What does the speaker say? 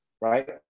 right